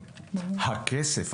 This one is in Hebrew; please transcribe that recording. הכסף,